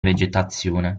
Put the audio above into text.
vegetazione